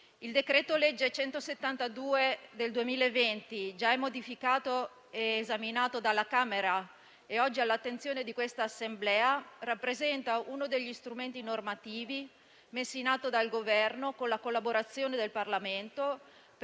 il decreto-legge n. 172 del 2020, già approvato dalla Camera dei Deputati e oggi all'attenzione di quest'Assemblea, rappresenta uno degli strumenti normativi messi in atto dal Governo, con la collaborazione del Parlamento,